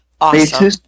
awesome